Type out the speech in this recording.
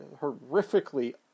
horrifically